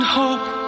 hope